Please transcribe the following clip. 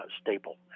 staple